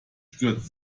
stürzt